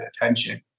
attention